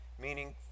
meaning